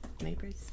Neighbors